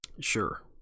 Sure